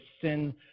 sin